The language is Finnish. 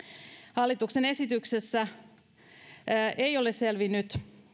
hallituksen esityksessä tai kuulemisissa ei ole selvinnyt